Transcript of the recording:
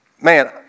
Man